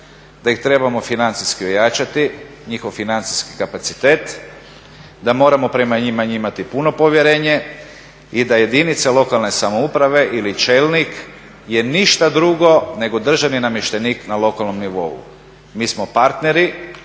da ih trebamo financijski ojačati njihov financijski kapacitet, da moramo prema njima imati puno povjerenje i da jedinice lokalne samouprave ili čelnik je ništa drugo nego državni namještenik na lokalnom nivou. Mi smo partneri,